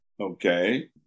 okay